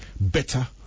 better